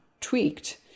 tweaked